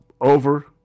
Over